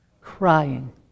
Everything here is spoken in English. crying